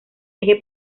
eje